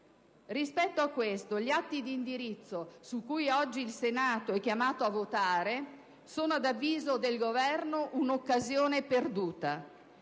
Rispetto a questo, gli atti di indirizzo su cui oggi il Senato è chiamato a votare sono, ad avviso del Governo, un'occasione perduta.